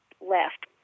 left